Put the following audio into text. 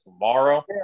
tomorrow